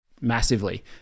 massively